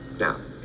Now